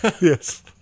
Yes